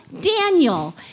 Daniel